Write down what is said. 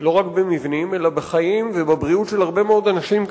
לא רק במבנים אלא בחיים ובבריאות של הרבה מאוד אנשים כאן.